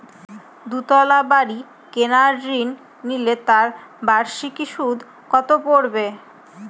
দুতলা বাড়ী কেনার ঋণ নিলে তার বার্ষিক সুদ কত পড়বে?